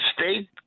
state